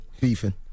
beefing